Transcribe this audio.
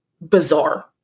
bizarre